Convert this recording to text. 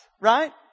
right